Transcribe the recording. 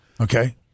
okay